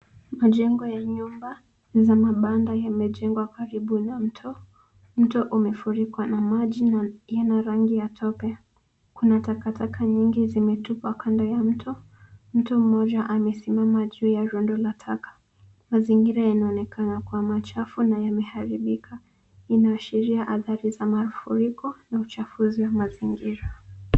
Majengo ya nyumba za mabanda yamejengwa karibu na mto. Mto umefurikwa na maji na ina rangi ya tope. Kuna takataka nyingi zimetupwa kando ya mto mtu mmoja amesimama juu ya rundo la taka. Mazingira yanaonekana kuwa machafu na yame haribika ina ashiria adhari za mafuriko na uchafuzi wa mazingira.